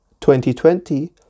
2020